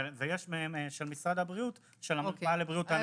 ויש במשרד הבריאות של המרפאה לבריאות הנפש.